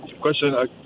Question